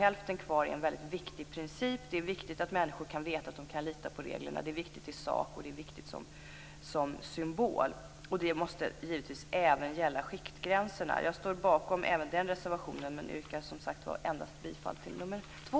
Hälften kvar är en mycket viktig princip. Det är viktigt att människor vet att de kan lita på reglerna. Det är viktigt i sak, och det är viktigt som symbol. Det måste givetvis även gälla skiktgränserna. Jag står bakom även den reservationen, men yrkar som sagt var endast bifall till nr 2.